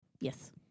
Yes